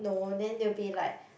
no then they will be like